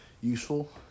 useful